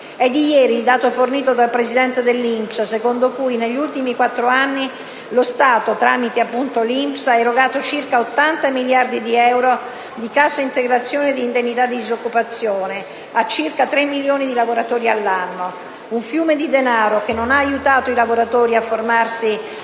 di ieri il dato fornito dal presidente dell'INPS secondo cui negli ultimi quattro anni lo Stato, tramite l'INPS, ha erogato circa 80 miliardi di euro di cassa integrazione e di indennità di disoccupazione a circa tre milioni di lavoratori all'anno: un fiume di denaro che non ha aiutato i lavoratori a formarsi